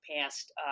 past